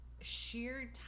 sheer